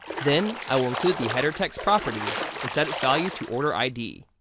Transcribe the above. then i will include the header text property and set its value to order id.